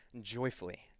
joyfully